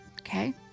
Okay